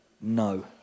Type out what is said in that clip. no